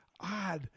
odd